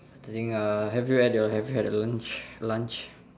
the thing uh have you had have you had your lunch lunch